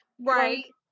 Right